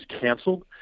canceled